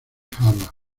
harvard